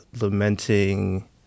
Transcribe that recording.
lamenting